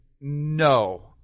no